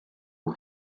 aux